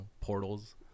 portals